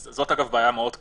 אגב, זאת בעיה מאוד כאובה,